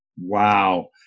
Wow